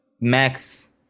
max